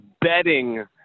betting